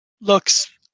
looks